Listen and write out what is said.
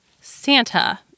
Santa